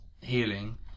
healing